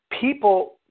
people